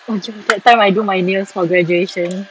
macam that time I do my nails for graduation